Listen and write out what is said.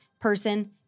person